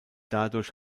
dadurch